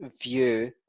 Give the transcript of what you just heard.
View